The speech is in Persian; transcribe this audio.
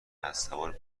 اسبسوار